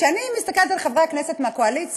כשאני מסתכלת על חברי הכנסת מהקואליציה,